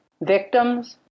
victims